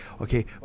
okay